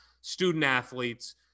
student-athletes